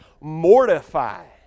mortify